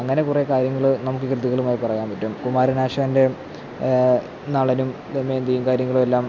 അങ്ങനെ കുറെ കാര്യങ്ങൾ നമുക്ക് കൃതികളുമായി പറയാൻ പറ്റും കുമാരനാശാൻ്റെ നളനും ദമയന്തിയും കാര്യങ്ങളുമെല്ലാം